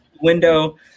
window